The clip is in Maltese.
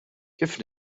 kif